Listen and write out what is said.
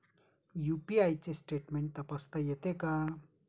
UPI चे statement तपासता येते का?